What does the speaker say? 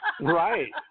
Right